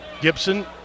Gibson